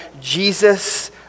Jesus